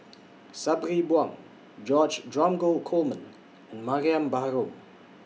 Sabri Buang George Dromgold Coleman and Mariam Baharom